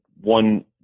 one